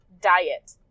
diet